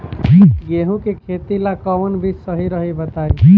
गेहूं के खेती ला कोवन बीज सही रही बताई?